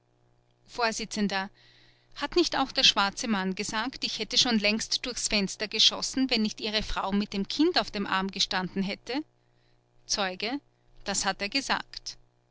vors hat nicht auch der schwarze mann gesagt ich hätte schon längst durchs fenster geschossen wenn nicht ihre frau mit dem kind auf dem arm gestanden hätte zeuge das hat er gesagt